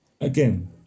again